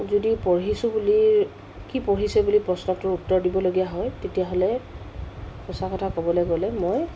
যদি পঢ়িছোঁ বুলি কি পঢ়িছে বুলি প্ৰশ্নটোৰ উত্তৰ দিবলগীয়া হয় তেতিয়াহ'লে সঁচা কথা ক'বলৈ গ'লে মই